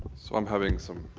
so i'm having some